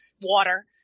water